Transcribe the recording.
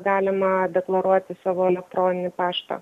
galima deklaruoti savo elektroninį paštą